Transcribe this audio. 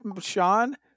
Sean